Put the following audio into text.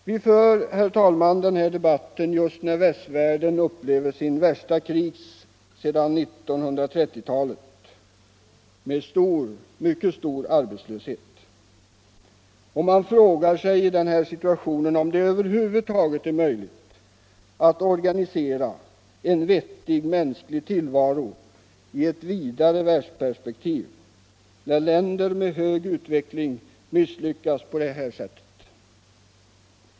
Vi för den här debatten just när västvärlden upplever sin värsta kris sedan 1930-talet, med mycket stor arbetslöshet. Man frågar sig i denna situation om det över huvud taget är möjligt att organisera en vettig mänsklig tillvaro i ett vidare världsperspektiv när länder med hög utvecklingsgrad misslyckas på det här sättet.